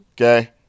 okay